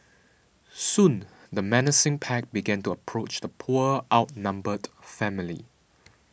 soon the menacing pack began to approach the poor outnumbered family